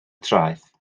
traeth